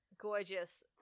Gorgeous